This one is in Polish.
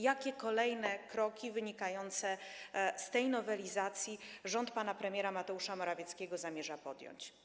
Jakie kolejne kroki wynikające z tej nowelizacji rząd pana premiera Mateusza Morawieckiego zamierza podjąć?